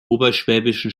oberschwäbischen